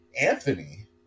Anthony